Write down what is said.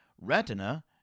retina